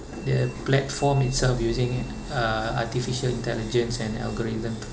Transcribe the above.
the platform itself using uh artificial intelligence and algorithm